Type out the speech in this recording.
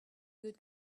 good